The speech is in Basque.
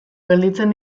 gelditzen